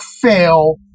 fail